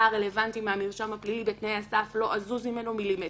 הרלוונטי מהמרשם הפלילי אני לא אזוז ממנו מילימטר.